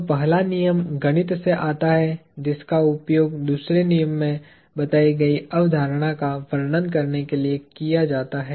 तो पहला नियम गणित से आता है जिसका उपयोग दूसरे नियम में बताई गई अवधारणा का वर्णन करने के लिए किया जाता है